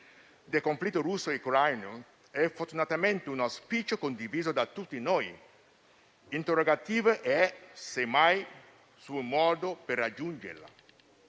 del conflitto russo-ucraino è fortunatamente un auspicio condiviso da tutti noi. L'interrogativo è semmai sui modi per raggiungerla.